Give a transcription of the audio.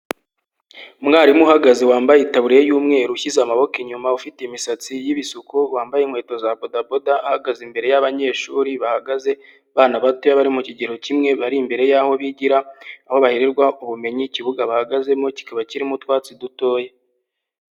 Umwarimu uhagaze wambaye itaburiya y'umweru ushyize amaboko inyuma, ufite imisatsi y'ibisuko, wambaye inkweto za bodaboda ahagaze imbere y'abanyeshuri bahagaze, abana bato bari mu kigero kimwe bari imbere y'aho bigira aho bahererwa ubumenyi, ikibuga bahagazemo kikaba kirimo utwatsi dutoya.